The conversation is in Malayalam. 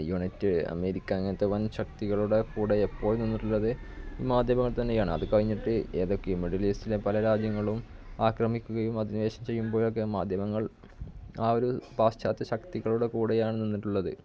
യുണൈറ്റ് അമേരിക്ക അങ്ങനെത്തെ വന് ശക്തികളുടെ കൂടെ എപ്പോഴും നിന്നിട്ടുള്ളത് മാധ്യമങ്ങള് തന്നെയാണ് അത് കഴിഞ്ഞിട്ട് ഏതൊക്കെ മിഡില് ഈസ്റ്റിലെ പല രാജ്യങ്ങളും ആക്രമിക്കുകയും അധിനിവേശം ചെയ്യുമ്പോഴൊക്കെ മാധ്യമങ്ങള് ആ ഒരു പാശ്ചാത്യ ശക്തികളുടെ കൂടെയാണ് നിന്നിട്ടുള്ളത്